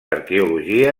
arqueologia